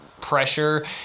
pressure